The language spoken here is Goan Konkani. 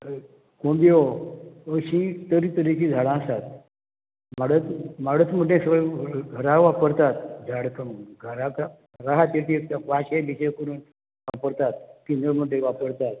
कोंबयो अशीं तरेतरेचीं झाडां आसात माडत माडत म्हणटा सगळें घरां वापरतात झाड करून घराक घरा खातीर ती एक वांशे लिशे करून वापरतात किंवां म्हणटा वापरतात